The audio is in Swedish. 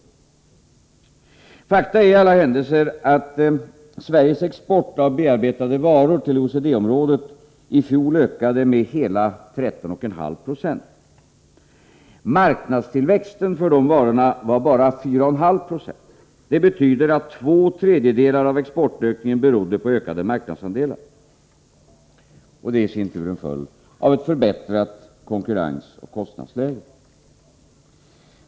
Men fakta är i alla händelser att Sveriges export av bearbetade varor till OECD-området i fjol ökade med hela 13,5 96. Den totala marknadstillväxten för dessa varor var emellertid bara 4,5 96. Det betyder att två tredjedelar av exportökningen berodde på ökade marknadsandelar, vilket i sin tur är en följd av ett förbättrat konkurrensoch kostnadsläge.